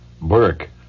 Burke